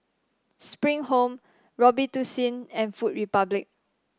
Spring Home Robitussin and Food Republic